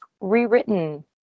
rewritten